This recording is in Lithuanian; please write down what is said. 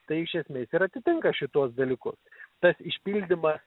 tai iš esmės ir atitinka šituos dalykus tas išpildymas